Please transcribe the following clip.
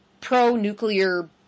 pro-nuclear